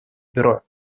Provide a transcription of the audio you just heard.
бюро